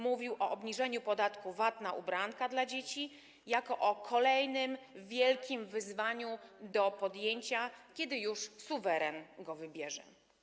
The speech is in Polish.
Mówił o obniżeniu podatku VAT na ubranka dla dzieci jako o kolejnym wielkim wyzwaniu, kiedy już suweren go wybierze.